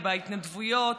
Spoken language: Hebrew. ולהתנדבויות,